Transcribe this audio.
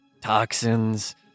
toxins